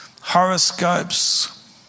horoscopes